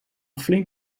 flink